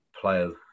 players